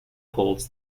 holds